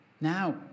Now